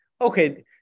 okay